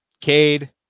Cade